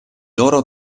loro